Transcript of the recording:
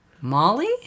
Molly